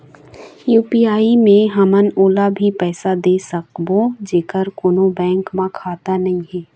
UPI मे हमन ओला भी पैसा दे सकबो जेकर कोन्हो बैंक म खाता नई हे?